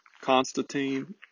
Constantine